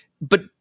But-